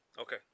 Okay